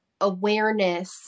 awareness